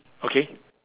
okay